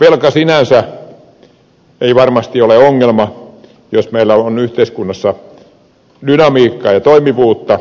velka sinänsä ei varmasti ole ongelma jos meillä on yhteiskunnassa dynamiikkaa ja toimivuutta